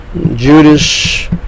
Judas